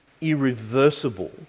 irreversible